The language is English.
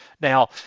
Now